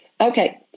Okay